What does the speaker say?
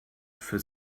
für